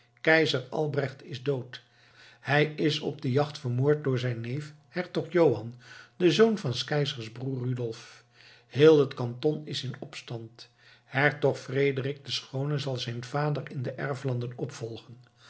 keizer albrecht is dood hij is op de jacht vermoord door zijn neef hertog johan den zoon van s keizers broeder rudolf heel het kanton is in opstand hertog frederik de schoone zal zijn vader in de erflanden opvolgen